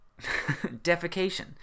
defecation